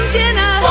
dinner